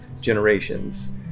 generations